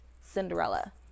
Cinderella